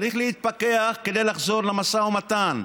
צריך להתפכח כדי לחזור למשא ומתן,